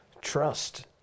trust